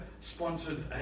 sponsored